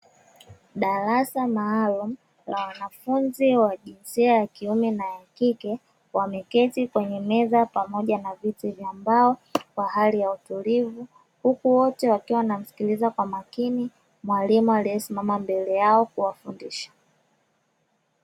Darasa maalumu la wanafunzi wa jinsia ya kiume na ya kike wameketi kwenye meza pamoja na viti vya mbao kwa hali ya utulivu huku wote wakiwa wanamsikiliza kwa makini mwalimu aliyesimama mbele yao kuwafundisha.